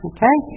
Okay